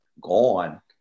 gone